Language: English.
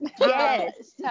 yes